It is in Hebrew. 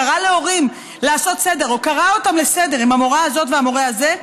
קרא להורים "לעשות סדר" או קרא אותם לסדר עם המורה הזאת והמורה הזה,